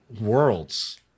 worlds